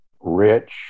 rich